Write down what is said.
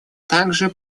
также